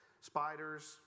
Spiders